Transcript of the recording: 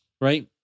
right